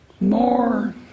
more